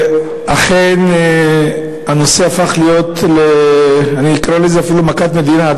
אכן הנושא הפך להיות, אקרא לזה אפילו מכת מדינה.